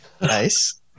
Nice